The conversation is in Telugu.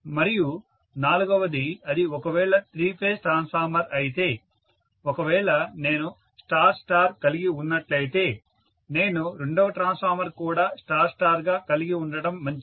మరియు నాలుగవది అది ఒకవేళ త్రీ ఫేజ్ ట్రాన్స్ఫార్మర్ అయితే ఒకవేళ నేను స్టార్ స్టార్ కలిగి ఉన్నట్లయితే నేను రెండవ ట్రాన్స్ఫార్మర్ కూడా స్టార్ స్టార్ గా కలిగి ఉండటం మంచిది